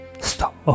stop